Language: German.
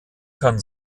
kann